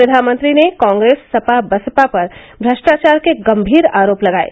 प्रधानमंत्री ने कॉप्रेस सपा बसपा पर भ्रष्टाचार के गम्मीर आरोप लगाये